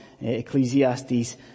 Ecclesiastes